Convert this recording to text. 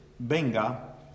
Venga